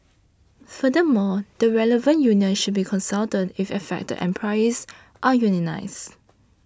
furthermore the relevant union should be consulted if affected employees are unionised